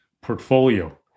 portfolio